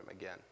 again